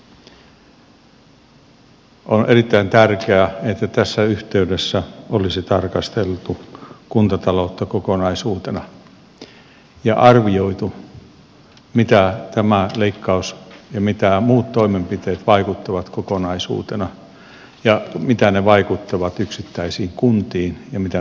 olisi ollut erittäin tärkeää että tässä yhteydessä olisi tarkasteltu kuntataloutta kokonaisuutena ja arvioitu mitä tämä leikkaus ja mitä muut toimenpiteet vaikuttavat kokonaisuutena ja mitä ne vaikuttavat yksittäisiin kuntiin ja mitä ne vaikuttavat eri alueilla